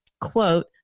quote